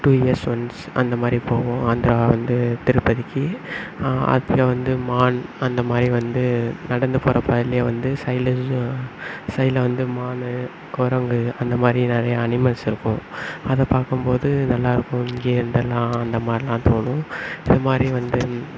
two years once அந்தமாதிரி போவோம் ஆந்திரா வந்து திருப்பதிக்கு அதில் வந்து மான் அந்தமாதிரி வந்து நடந்து போகிறப்ப அதிலேயே வந்து சைடுலயெல்லாம் சைடில் வந்து மான் குரங்கு அந்தமாதிரி நிறையா அனிமல்ஸு இருக்கும் அதைப் பார்க்கும் போது நல்லாயிருக்கும் இங்கேயே இருந்தரலாம் அந்தமாதிரியெல்லாம் தோணும் இதுமாதிரி வந்து